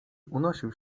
unosił